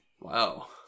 Wow